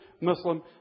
Muslim